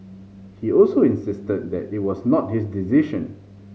he also insisted that it was not his decision